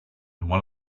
one